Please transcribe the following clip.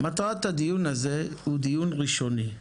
מטרת דיון זה היא דיון ראשוני.